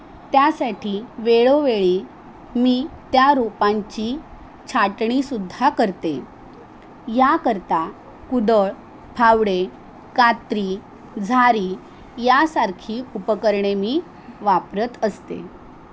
त्यासाठी वेळोवेळी मी त्या रोपांची छाटणीसुद्धा करते याकरता कुदळ फावडे कात्री झारी यासारखी उपकरणे मी वापरत असते